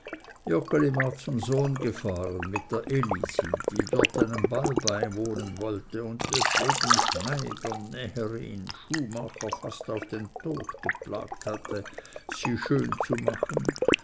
zum sohn gefahren mit der elisi die dort einem ball beiwohnen wollte und deswegen schneider näherin schuhmacher fast auf den tod geplagt hatte sie schön zu machen